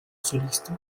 solista